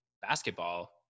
basketball